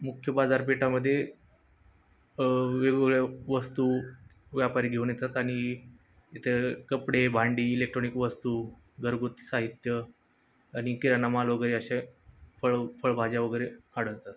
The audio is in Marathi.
मुख्य बाजारपेठामध्ये वेगवेगळ्या वस्तू व्यापारी घेऊन येतात आणि इथे कपडे भांडी इलेक्ट्रॉनिक वस्तू घरगुती साहित्य आणि किराणामाल वगैरे अशा फळ फळभाज्या वगैरे आढळतात